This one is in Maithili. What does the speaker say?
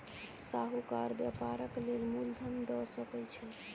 साहूकार व्यापारक लेल मूल धन दअ सकै छै